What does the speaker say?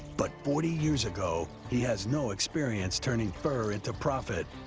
but forty years ago, he has no experience turning fur into profit.